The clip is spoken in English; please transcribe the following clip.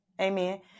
amen